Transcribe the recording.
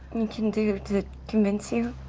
can do to convince you?